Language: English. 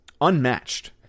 unmatched